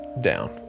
down